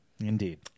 Indeed